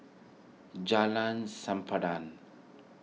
Jalan Sempadan